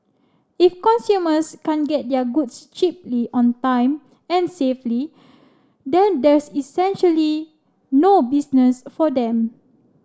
if consumers can't get their goods cheaply on time and safely then there's essentially no business for them